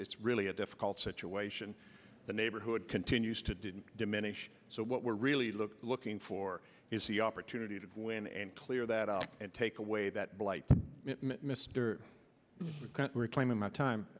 it's really a difficult situation the neighborhood continues to didn't diminish so what we're really look looking for is the opportunity to win and clear that i'll take away that blight mister reclaiming my time